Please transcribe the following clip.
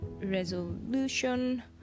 resolution